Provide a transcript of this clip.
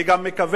אני גם מקווה,